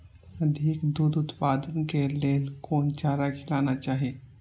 अधिक दूध उत्पादन के लेल कोन चारा खिलाना चाही?